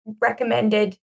recommended